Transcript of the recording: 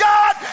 God